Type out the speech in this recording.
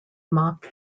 mocked